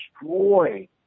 destroy